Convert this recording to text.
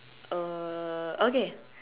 uh okay